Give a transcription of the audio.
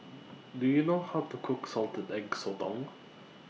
Do YOU know How to Cook Salted Egg Sotong